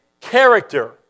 character